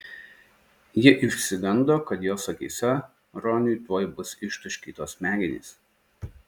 ji išsigando kad jos akyse roniui tuoj bus ištaškytos smegenys